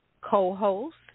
co-host